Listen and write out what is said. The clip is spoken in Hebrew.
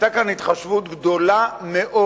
היתה כאן התחשבות גדולה מאוד